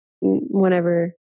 whenever